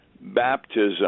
baptism